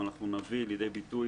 ומדי שנה בדיונים האחרונים,